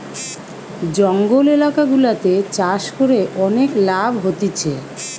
জঙ্গল এলাকা গুলাতে চাষ করে অনেক লাভ হতিছে